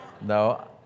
No